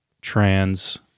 trans